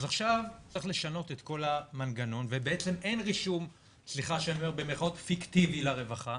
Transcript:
אז עכשיו צריך לשנות את כל המנגנון ובעצם אין רישום "פיקטיבי" לרווחה.